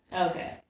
Okay